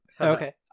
Okay